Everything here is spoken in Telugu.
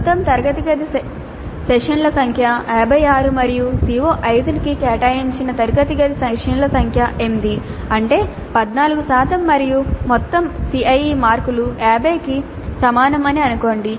మొత్తం తరగతి గది సెషన్ల సంఖ్య 56 మరియు CO5 కి కేటాయించిన తరగతి గది సెషన్ల సంఖ్య 8 అంటే 14 శాతం మరియు మొత్తం CIE మార్కులు 50 కి సమానం అని అనుకోండి